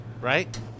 right